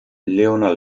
leona